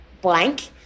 blank